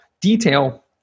detail